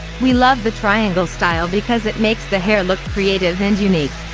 we love the triangle style because it makes the hair look creative and unique.